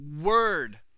word